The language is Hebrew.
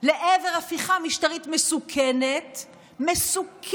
לעבר הפיכה משטרית מסוכנת מאוד,